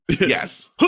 Yes